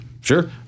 Sure